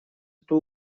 эту